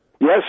Yes